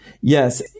yes